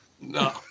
No